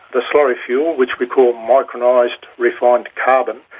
the slurry fuel, which we call micronized refined carbon,